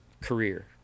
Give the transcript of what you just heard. career